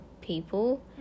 people